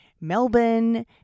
Melbourne